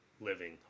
living